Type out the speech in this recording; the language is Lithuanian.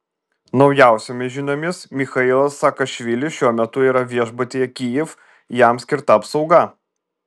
naujausiomis žiniomis michailas saakašvilis šiuo metu yra viešbutyje kijev jam skirta apsauga